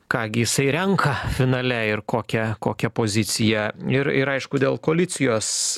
ką gi jisai renka finale ir kokią kokią poziciją ir ir aišku dėl koalicijos